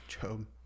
Job